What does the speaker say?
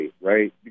right